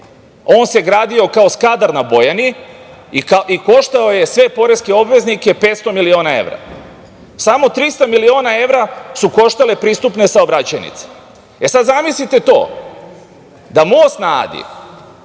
on se gradio kao Skadar na Bojani i koštao je sve poreske obveznike 500 miliona evra. Samo 300 miliona evra su koštale pristupne saobraćajnice. Sad, zamislite to da most na Adi